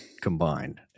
combined